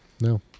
No